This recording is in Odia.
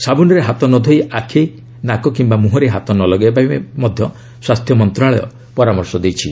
ସାବୁନ୍ରେ ହାତ ନ ଧୋଇ ଆଖି ନାକ କିୟା ମୁହଁରେ ହାତ ନ ଲଗାଇବାପାଇଁ ମଧ୍ୟ ସ୍ୱାସ୍ଥ୍ୟ ମନ୍ତ୍ରଣାଳୟ ପରାମର୍ଶ ଦେଉଛି